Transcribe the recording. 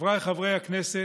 חבריי חברי הכנסת,